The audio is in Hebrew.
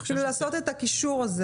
צריך לעשות את הקישור.